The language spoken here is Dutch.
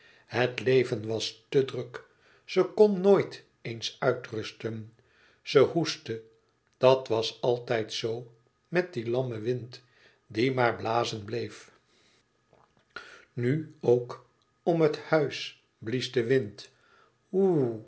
het leven was te druk ze kon nooit eens uitrusten ze hoestte dat was altijd zoo met dien lammen wind die maar e blazen bleef nu ook om het huis blies de wind